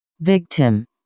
Victim